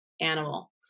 animal